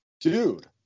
Dude